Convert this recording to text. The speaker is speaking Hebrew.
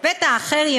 יש